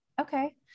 Okay